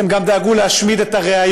אז הם גם דאגו להשמיד את הראיות: